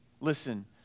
Listen